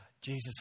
Jesus